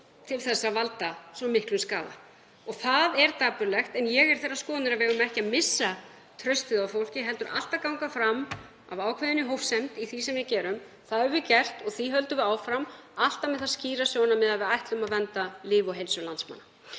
til til að valda miklum skaða og það er dapurlegt. En ég er þeirrar skoðunar að við eigum ekki að missa traustið á fólki heldur alltaf að ganga fram af ákveðinni hófsemd í því sem við gerum. Það höfum við gert og því höldum við alltaf áfram með það skýra sjónarmið að við ætlum að vernda líf og heilsu landsmanna.